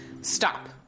Stop